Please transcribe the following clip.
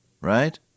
Right